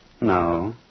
No